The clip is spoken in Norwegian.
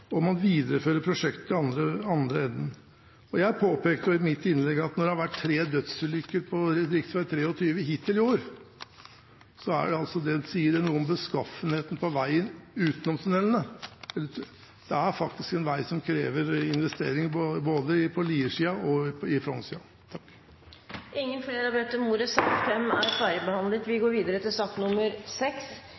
og man viderefører prosjektet i den andre enden. Jeg påpekte i mitt innlegg at når det har vært tre dødsulykker på rv. 23 hittil i år, sier det noe om beskaffenheten på veien utenom tunellene. Det er faktisk en vei som krever investeringer, både på Lier-siden og på Frogn-siden. Flere har ikke bedt om ordet til sak